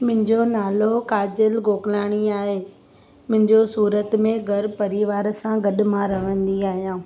मुंहिंजो नालो काजल गोकलाणी आहे मुंहिंजो सूरत में घर परिवार सां गॾु मां रहंदी आहियां